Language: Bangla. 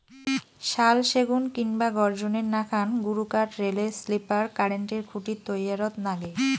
শাল, সেগুন কিংবা গর্জনের নাকান গুরুকাঠ রেলের স্লিপার, কারেন্টের খুঁটি তৈয়ারত নাগে